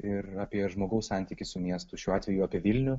ir apie žmogaus santykį su miestu šiuo atveju apie vilnių